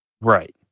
Right